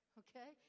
okay